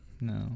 no